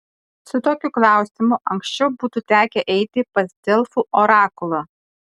su tokiu klausimu anksčiau būtų tekę eiti pas delfų orakulą